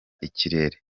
ikirere